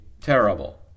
terrible